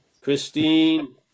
Christine